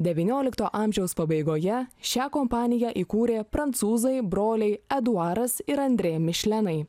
devyniolikto amžiaus pabaigoje šią kompaniją įkūrė prancūzai broliai eduaras ir andre mišlenai